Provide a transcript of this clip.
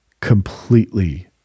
completely